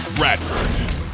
Radford